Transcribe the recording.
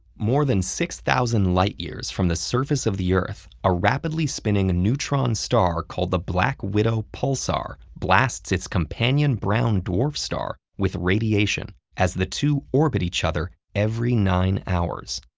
more than six thousand light years from the surface of the earth, a rapidly spinning neutron star called the black widow pulsar blasts its companion brown dwarf star with radiation as the two orbit each other every nine hours.